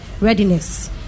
readiness